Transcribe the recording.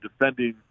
defending